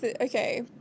okay